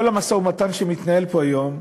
כל המשא-ומתן שמתנהל פה היום,